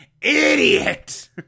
Idiot